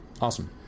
Awesome